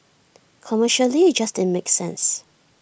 commercially IT just didn't make sense